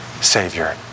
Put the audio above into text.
Savior